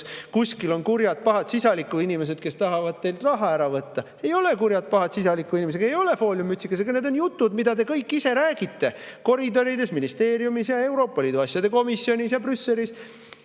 kuskil on kurjad, pahad sisalikuinimesed, kes tahavad teilt raha ära võtta. Ei ole kurjad, pahad sisalikuinimesed, ei ole fooliummütsikesega. Need on jutud, mida te kõik ise räägite koridorides, ministeeriumis ja Euroopa Liidu asjade komisjonis, Brüsselis